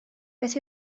beth